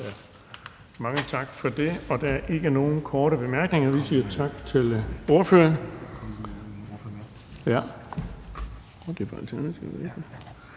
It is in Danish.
Mange tak for det. Der er ikke nogen korte bemærkninger, så vi siger tak til ordføreren.